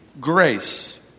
grace